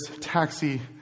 taxi